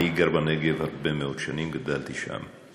אני גר בנגב הרבה מאוד שנים, גדלתי שם.